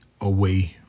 away